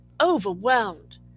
overwhelmed